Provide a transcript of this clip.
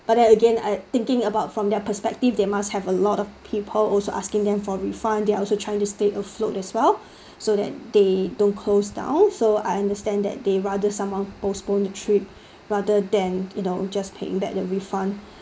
but then again I thinking about from their perspective they must have a lot of people are also asking them for refund they're also trying to stay afloat as well so that they don't close down so I understand that they rather someone postponed the trip rather than you know just paying back the refund